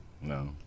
No